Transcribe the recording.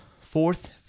fourth